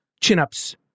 chin-ups